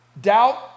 Doubt